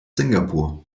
singapur